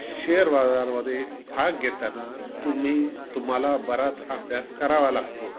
share बाजारमध्ये भाग घेताना तुम्ही तुम्हाला बराच अभ्यास करावा लागतो